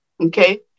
Okay